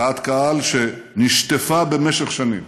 דעת קהל שנשטפה במשך שנים